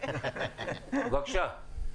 בבקשה.